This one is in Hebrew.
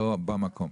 לא במקום.